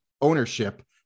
ownership